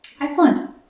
Excellent